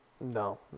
No